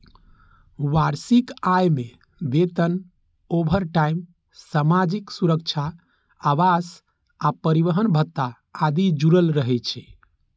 वार्षिक आय मे वेतन, ओवरटाइम, सामाजिक सुरक्षा, आवास आ परिवहन भत्ता आदि जुड़ल रहै छै